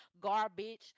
garbage